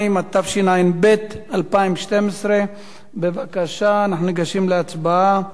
2), התשע"ב 2012. בבקשה, אנחנו ניגשים להצבעה.